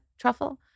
truffle